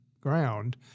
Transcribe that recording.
ground